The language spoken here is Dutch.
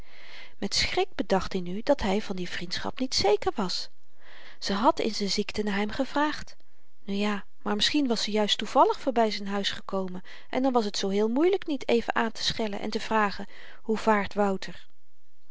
met schrik bedacht i nu dat hy van die vriendschap niet zeker was ze had in z'n ziekte naar hem gevraagd nu ja maar misschien was ze juist toevallig voorby z'n huis gekomen en dan was t zoo heel moeielyk niet even aanteschellen en te vragen hoe vaart wouter